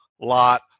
lot